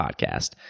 podcast